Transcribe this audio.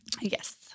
yes